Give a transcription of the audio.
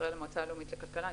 המועצה הלאומית לכלכלה,